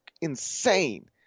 insane